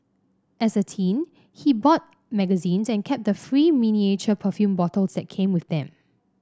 as a teen he bought magazines and kept the free miniature perfume bottles that came with them